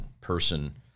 person